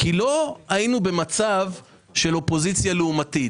כי לא היינו במצב של אופוזיציה לעומתית.